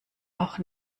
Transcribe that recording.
auch